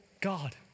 God